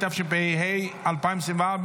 התשפ"ה 2024,